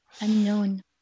Unknown